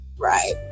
right